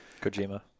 Kojima